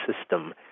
system